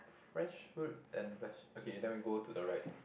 fresh fruits and veg okay then we go to the right